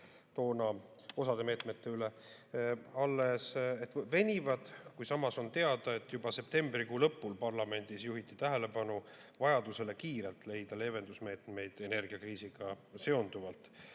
osa meetmete üle toona alles arutati – venivad, kui samas oli teada, et juba septembrikuu lõpul parlamendis juhiti tähelepanu vajadusele kiirelt leida leevendusmeetmeid energiakriisiga seonduvalt.